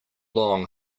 long